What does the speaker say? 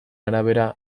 arabera